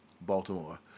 Baltimore